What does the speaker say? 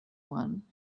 one